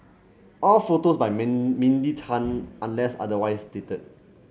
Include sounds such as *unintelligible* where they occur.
all photos by *unintelligible* Mindy Tan unless otherwise stated